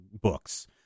books